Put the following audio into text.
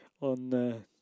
on